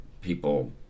people